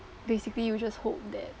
basically you just hope that